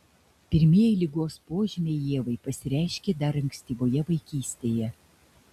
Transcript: pirmieji ligos požymiai ievai pasireiškė dar ankstyvoje vaikystėje